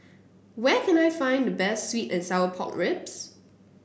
where can I find the best sweet and Sour Pork Ribs